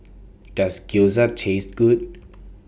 Does Gyoza Taste Good